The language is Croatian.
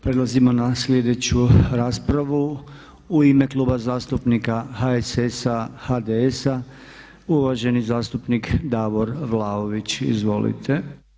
Prelazimo na sljedeću raspravu, u ime Kluba zastupnika HSS-a i HDS-a uvaženi zastupnik Davor Vlaović, izvolite.